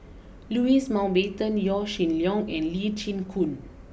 Louis Mountbatten Yaw Shin Leong and Lee Chin Koon